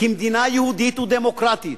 כמדינה יהודית ודמוקרטית.